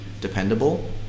dependable